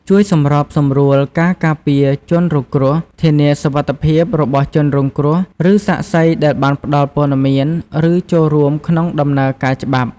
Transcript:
ជួយសម្របសម្រួលការការពារជនរងគ្រោះ ធានាសុវត្ថិភាពរបស់ជនរងគ្រោះ ឬសាក្សីដែលបានផ្តល់ព័ត៌មាន ឬចូលរួមក្នុងដំណើរការច្បាប់។